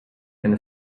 and